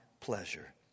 pleasure